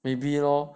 maybe lor